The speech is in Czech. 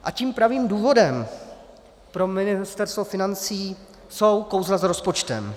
A tím pravým důvodem pro Ministerstvo financí jsou kouzla s rozpočtem.